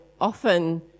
often